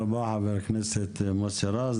רבה, חה"כ מוסי רז.